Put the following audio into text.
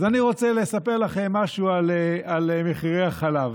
אז אני רוצה לספר לכם משהו על מחירי החלב.